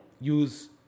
use